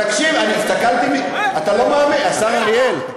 תקשיב, אתה לא מאמין, השר אריאל.